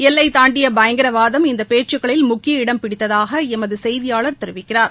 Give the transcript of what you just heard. எல்லை தாண்டிய பயங்கரவாதம் இந்த பேச்சுக்களில் முக்கிய இடம் பிடித்ததாக எமது செய்தியாளர் தெரிவிக்கிறார்